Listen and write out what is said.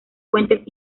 fuentes